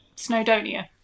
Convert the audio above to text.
Snowdonia